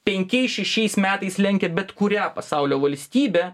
penkiais šešiais metais lenkia bet kurią pasaulio valstybę